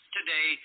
Today